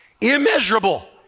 Immeasurable